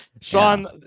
Sean